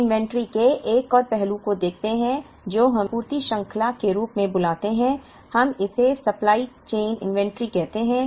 हम इन्वेंट्री के एक और पहलू को देखते हैं जो हमें आपूर्ति श्रृंखला के रूप में बुलाते हैं हम इसे सप्लाई चेन इन्वेंट्री कहते हैं